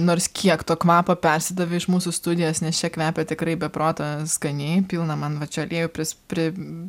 nors kiek to kvapo persidavė iš mūsų studijos nes čia kvepia tikrai be proto skaniai pilna man va čia aliejų pris pri